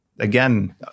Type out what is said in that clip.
Again